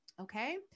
Okay